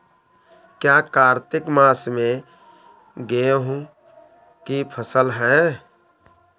क्या कार्तिक मास में गेहु की फ़सल है?